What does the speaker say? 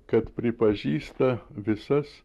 kad pripažįsta visas